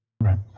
Right